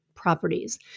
properties